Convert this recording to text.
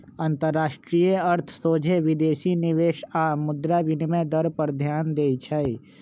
अंतरराष्ट्रीय अर्थ सोझे विदेशी निवेश आऽ मुद्रा विनिमय दर पर ध्यान देइ छै